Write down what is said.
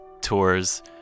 tours